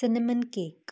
cinnamon cake